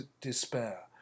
despair